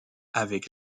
avec